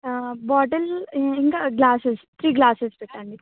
bottle ఇంకా glasses three glasses పెట్టండి